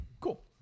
Cool